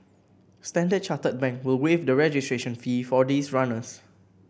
Standard Chartered Bank will waive the registration fee for these runners